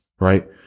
right